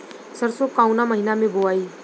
सरसो काउना महीना मे बोआई?